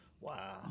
Wow